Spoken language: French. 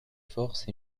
force